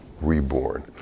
reborn